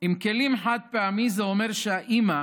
עם כלים חד-פעמיים היא שאימא,